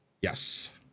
Yes